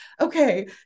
okay